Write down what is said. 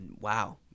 Wow